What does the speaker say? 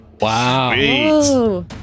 Wow